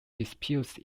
disputes